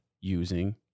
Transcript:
using